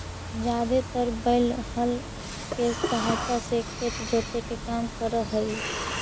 जादेतर बैल हल केसहायता से खेत जोते के काम कर हई